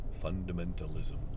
fundamentalism